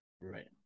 right